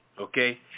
Okay